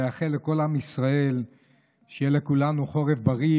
אאחל לכל עם ישראל שיהיה לכולנו חורף בריא,